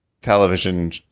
television